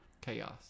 Chaos